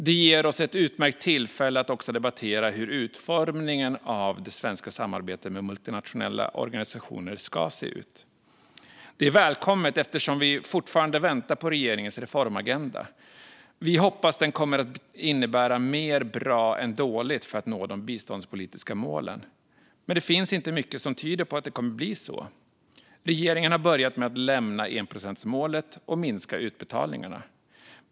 Det ger oss ett utmärkt tillfälle att också debattera hur utformningen av det svenska samarbetet med multinationella organisationer ska se ut. Detta är välkommet eftersom vi fortfarande väntar på regeringens reformagenda. Vi hoppas att den kommer att innebära mer bra än dåligt för att nå de biståndspolitiska målen, men det finns inte mycket som tyder på att det kommer att bli så. Regeringen har börjat med att lämna enprocentsmålet och minska utbetalningarna.